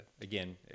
Again